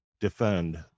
defend